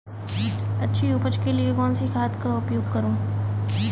अच्छी उपज के लिए कौनसी खाद का उपयोग करूं?